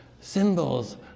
Symbols